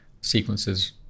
sequences